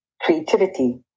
creativity